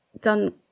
done